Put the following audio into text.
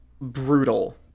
brutal